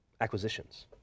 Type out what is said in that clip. acquisitions